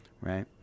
right